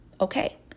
okay